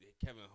kevin